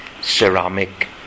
ceramic